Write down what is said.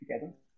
together